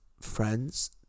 friends